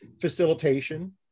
facilitation